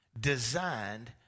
designed